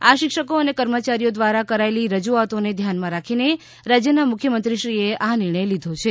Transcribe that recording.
આ શિક્ષકો અને કર્મચારીઓ દ્વારા કરાયેલી રજૂઆતોને ધ્યાનમાં રાખીને રાજ્યના મુખ્યમંત્રીએ આ નિર્ણય લીધો છે